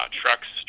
trucks